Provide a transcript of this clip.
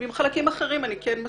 ועם חלקים אחרים כן.